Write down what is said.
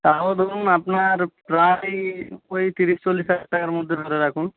তাও ধরুন আপনার প্রায় ওই তিরিশ চল্লিশ হাজার টাকার মধ্যে ধরে রাখুন